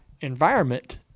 environment